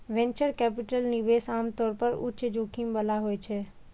venture capital निवेश आम तौर पर उच्च जोखिम बला होइ छै